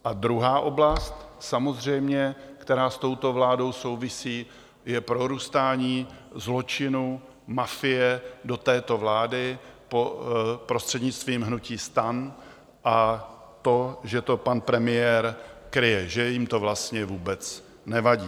A druhá oblast samozřejmě, která s touto vládou souvisí, je prorůstání zločinu mafie do této vlády prostřednictvím hnutí STAN, a to, že to pan premiér kryje, že jim to vlastně vůbec nevadí.